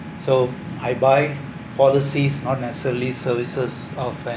so I buy policies not necessarily services of an